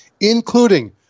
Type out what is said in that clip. including